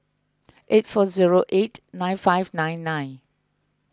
eight four zero eight nine five nine nine